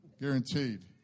Guaranteed